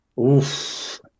Oof